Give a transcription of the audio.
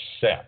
set